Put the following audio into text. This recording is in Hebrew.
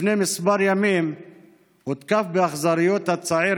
לפני כמה ימים הותקף באכזריות הצעיר